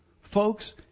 Folks